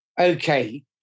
Okay